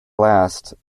last